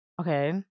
Okay